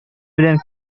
белән